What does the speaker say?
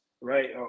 right